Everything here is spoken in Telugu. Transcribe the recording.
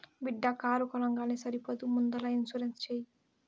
బిడ్డా కారు కొనంగానే సరికాదు ముందల ఇన్సూరెన్స్ చేయి